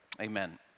Amen